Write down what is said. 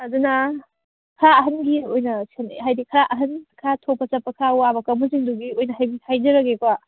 ꯑꯗꯨꯅ ꯈꯔ ꯑꯍꯟꯒꯤ ꯑꯣꯏꯅ ꯍꯥꯏꯗꯤ ꯈꯔ ꯑꯍꯟ ꯈꯔ ꯊꯣꯛꯄ ꯆꯠꯄ ꯈꯔ ꯋꯥꯕ ꯀꯥꯡꯕꯨꯁꯤꯡꯗꯨꯒꯤ ꯑꯣꯏꯅ ꯍꯥꯏꯖꯔꯒꯦꯀꯣ